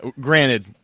Granted